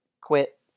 Quit